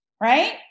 right